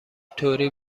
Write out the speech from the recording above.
توری